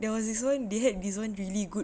there was this one they had this one really good